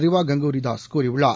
ரீவா கங்குலிதாஸ் கூறியுள்ளார்